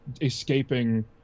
escaping